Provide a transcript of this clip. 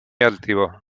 altivo